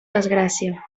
desgràcia